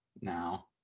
now